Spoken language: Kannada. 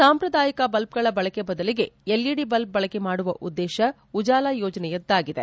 ಸಾಂಪ್ರದಾಯಿಕ ಬಲ್ಪ್ಗಳ ಬಳಕೆ ಬದಲಿಗೆ ಎಲ್ಇಡಿ ಬಲ್ಪ್ ಬಳಕೆ ಮಾಡುವ ಉದ್ದೇಶ ಉಜಾಲಾ ಯೋಜನೆಯದ್ಗಾಗಿದೆ